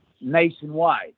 nationwide